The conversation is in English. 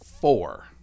four